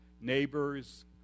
neighbors